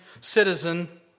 citizen